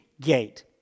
gate